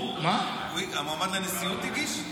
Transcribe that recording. המועמד לנשיאות הגיש?